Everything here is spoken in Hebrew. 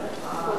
בבקשה.